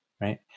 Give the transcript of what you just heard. right